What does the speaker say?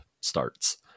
starts